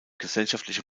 gesellschaftliche